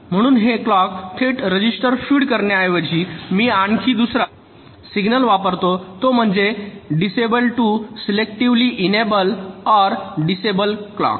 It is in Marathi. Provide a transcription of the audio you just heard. म्हणून हे क्लॉक थेट रजिस्टर फीड करण्याऐवजी मी आणखी दुसरा सिग्नल वापरतो तो म्हणजे disable to selectively enable or disable clock